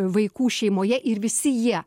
vaikų šeimoje ir visi jie